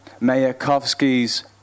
Mayakovsky's